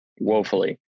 woefully